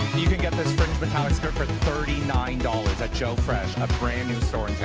you you can get this fringe metallic skirt thirty nine dollars at joe fresh, a brand-new store in town.